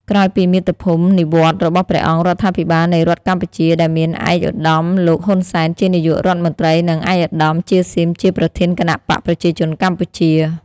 ក្រោយពីមាតុភូមិ និវត្តន៍របស់ព្រះអង្គរដ្ឋាភិបាលនៃរដ្ឋកម្ពុជា ដែលមានឯកឧត្តមលោក ហ៊ុន សែន ជានាយករដ្ឋ មន្រ្តី និង ឯកឧត្តម ជា ស៊ីម ជាប្រធានគណបក្សប្រជាជនកម្ពុជា។